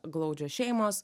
glaudžios šeimos